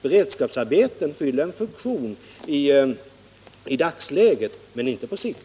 Beredskapsarbeten fyller en funktion i dagsläget, men inte på sikt.